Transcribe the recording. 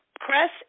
Press